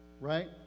right